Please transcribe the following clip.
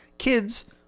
Kids